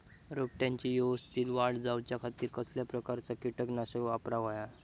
रोपट्याची यवस्तित वाढ जाऊच्या खातीर कसल्या प्रकारचा किटकनाशक वापराक होया?